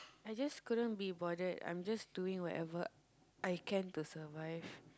I just couldn't be bothered I'm just doing whatever I can to survive